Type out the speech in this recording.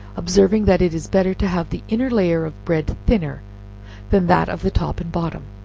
observing that it is better to have the inner layer of bread thinner than that of the top and bottom.